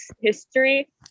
history